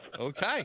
Okay